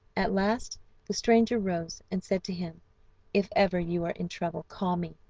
at last the stranger rose, and said to him if ever you are in trouble call me,